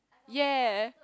ya